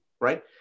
right